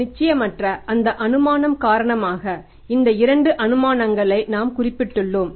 நிச்சயமற்ற இந்த அனுமானம் காரணமாக இந்த 2 அனுமானங்களை நாம் குறிப்பிட்டுள்ளோம்